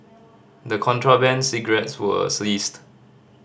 the contraband cigarettes were